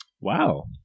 Wow